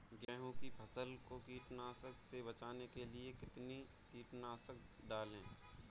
गेहूँ की फसल को कीड़ों से बचाने के लिए कितना कीटनाशक डालें?